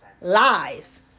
Lies